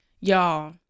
y'all